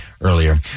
earlier